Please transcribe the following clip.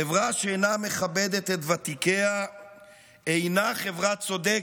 חברה שאינה מכבדת את ותיקיה אינה חברה צודקת,